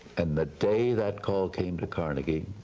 and the day that call came to carnegie,